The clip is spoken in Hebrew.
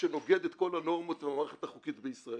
שנוגד את כל הנורמות והמערכת החוקית בישראל.